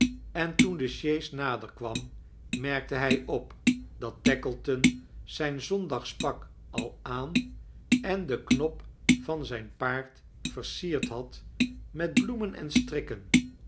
en toen de sjees naderkwam merkte hij op dat tackleton zijn zondagspak al aan em den kop van zijn paard veirsierd had met bloemen en strikken